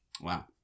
Wow